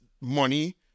money